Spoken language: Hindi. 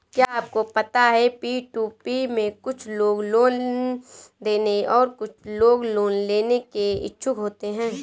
क्या आपको पता है पी.टू.पी में कुछ लोग लोन देने और कुछ लोग लोन लेने के इच्छुक होते हैं?